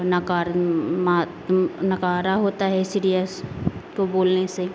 नकार मात नकारा होता है सिरियस को बोलने से